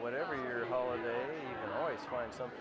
whatever your holiday always find something